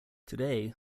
today